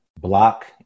block